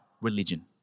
religion